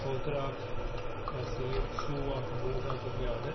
اوترٕ اَکھ یہِ ہسا یہِ شوٗ اَکھ بوٗٹھ اَکھ کوٚر مےٚ آرڈَر